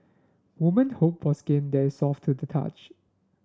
women hope for skin that is soft to the touch